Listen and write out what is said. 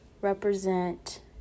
represent